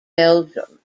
belgium